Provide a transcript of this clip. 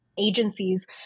agencies